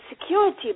security